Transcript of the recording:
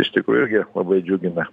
iš tikrųjų irgi labai džiugina